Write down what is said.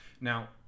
Now